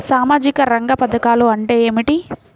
సామాజిక రంగ పధకాలు అంటే ఏమిటీ?